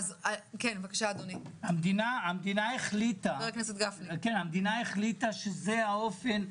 המדינה החליטה שזה האופן.